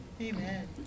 Amen